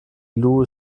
lou